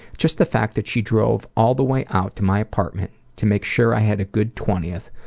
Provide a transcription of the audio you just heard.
just the fact that she drove all the way out to my apartment to make sure i had a good twentieth,